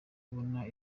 kubona